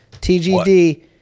TGD